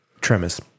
Tremors